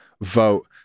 vote